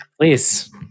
please